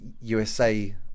USA